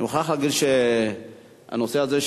אני מוכרח להגיד שהנושא הזה,